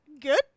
good